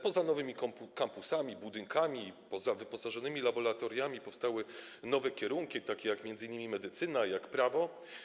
Poza nowymi kampusami, budynkami, poza wyposażonymi laboratoriami powstały nowe kierunki, takie m.in. jak medycyna, prawo.